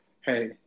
hey